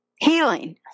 Healing